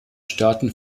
staaten